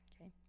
okay